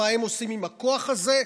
מה הם עושים עם הכוח הזה,